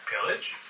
Pillage